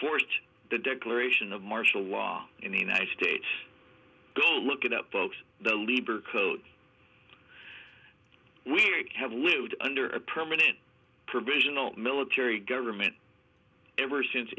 forced the declaration of martial law in the united states go look it up folks the libor quote we have lived under a permanent provisional military government ever since